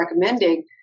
recommending